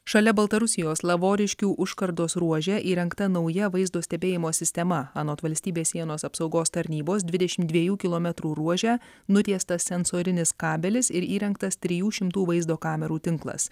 šalia baltarusijos lavoriškių užkardos ruože įrengta nauja vaizdo stebėjimo sistema anot valstybės sienos apsaugos tarnybos dvidešim dviejų kilometrų ruože nutiestas sensorinis kabelis ir įrengtas trijų šimtų vaizdo kamerų tinklas